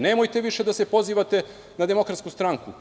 Nemojte više da se pozivate na Demokratsku stranku.